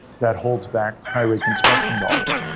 that holds back highway construction dollars.